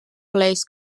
plays